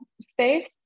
space